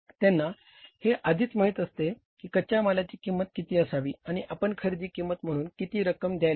त्यांना हे आधीच माहित असते की कच्च्या मालाची किंमत किती असावी आणि आपण खरेदी किंमत म्हणून किती रक्कम द्यायला हवी